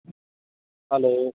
hello